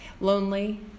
lonely